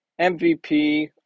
MVP